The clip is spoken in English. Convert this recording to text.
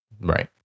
Right